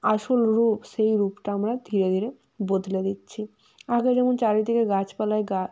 আসল রূপ সেই রূপটা আমরা ধীরে ধীরে বদলে দিচ্ছি আগে যেমন চারিদিকে গাছপালায় গা